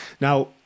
Now